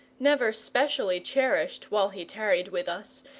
never specially cherished while he tarried with us,